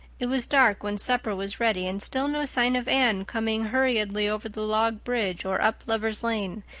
it was dark when supper was ready, and still no sign of anne, coming hurriedly over the log bridge or up lover's lane,